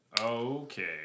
Okay